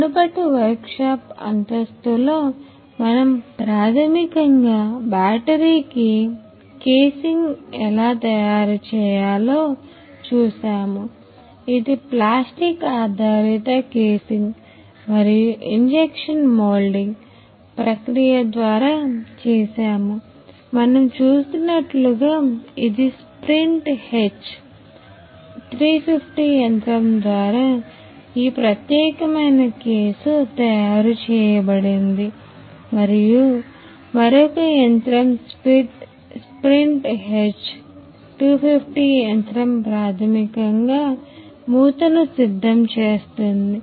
మునుపటి వర్క్షాప్ 250 యంత్రం ప్రాథమికంగా మూతను సిద్ధం చేస్తుంది